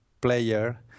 player